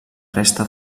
resta